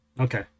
Okay